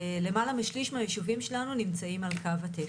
למעלה משליש מהיישובים שלנו נמצאים על קו התפר.